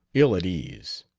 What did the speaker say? ill at ease.